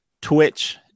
twitch